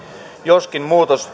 joskin